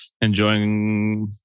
enjoying